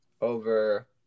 over